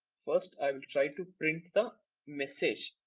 first i will try to print the message.